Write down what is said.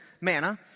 manna